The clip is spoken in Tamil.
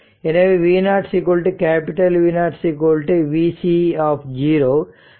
எனவே v0 v vc 10 ஓல்ட் ஆகும்